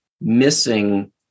missing